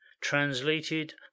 Translated